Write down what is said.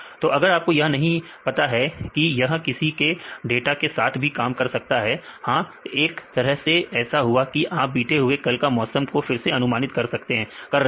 दो अगर आपको यह नहीं पता है कि कि यह किसी ने डाटा के साथ भी काम कर सकता है हां एक तरह से ऐसा हुआ कि आप बीते हुए कल का मौसम को फिर से अनुमानित कर रहे हैं